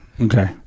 Okay